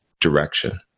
direction